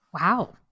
Wow